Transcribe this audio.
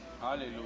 Hallelujah